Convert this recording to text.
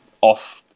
off